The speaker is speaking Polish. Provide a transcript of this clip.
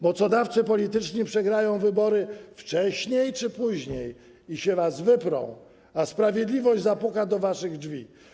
Mocodawcy polityczni przegrają wybory wcześniej czy później i was się wyprą, a sprawiedliwość zapuka do waszych drzwi.